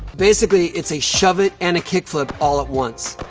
basically, it's a shove-it and a kickflip all at once.